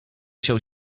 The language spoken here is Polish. siał